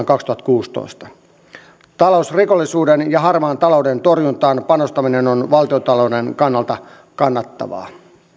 kaksituhattakuusitoista talousrikollisuuden ja harmaan talouden torjuntaan panostaminen on valtiontalouden kannalta kannattavaa